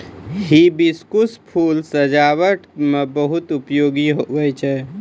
hibiscus फूल सजाबट मे बहुत उपयोगी हुवै छै